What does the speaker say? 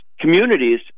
communities